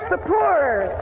the poor,